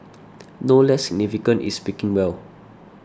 no less significant is speaking well